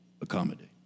accommodate